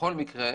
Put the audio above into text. בכל מקרה,